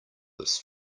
this